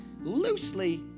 loosely